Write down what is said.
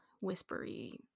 whispery